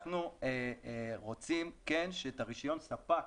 אנחנו רוצים שאת רישיון הספק,